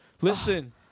Listen